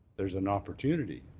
there's an opportunity